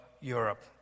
Europe